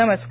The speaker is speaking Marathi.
नमस्कार